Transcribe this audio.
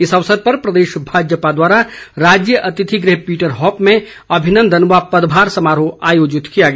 इस अवसर पर प्रदेश भाजपा द्वारा राज्य अतिथि गृह पीटरहॉफ में अभिनंदन व पदभार समारोह आयोजित किया गया